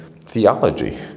theology